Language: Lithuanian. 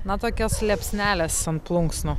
na tokios liepsnelės ant plunksnų